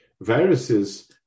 Viruses